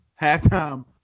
halftime